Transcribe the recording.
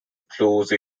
close